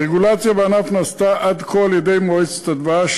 הרגולציה בענף נעשתה עד כה על-ידי מועצת הדבש,